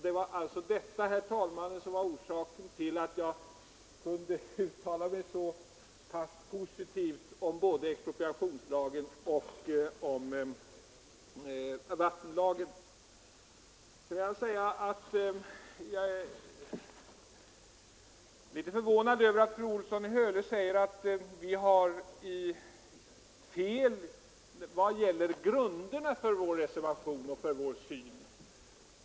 Det var detta, herr talman, som var orsaken till att jag då uttalade mig så pass positivt om både expropriationslagen och vattenlagen. Jag är litet förvånad över att fru Olsson i Hölö säger att vi har fel vad gäller grunderna för vår reservation och vår syn.